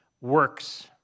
works